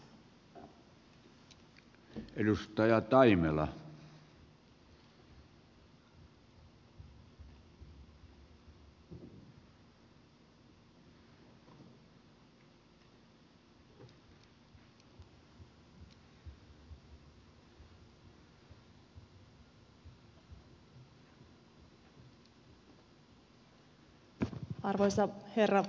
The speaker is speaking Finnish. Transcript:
arvoisa herra puhemies